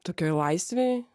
tokioj laisvėj